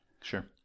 Sure